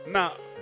Now